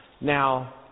now